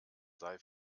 sei